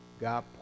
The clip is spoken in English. God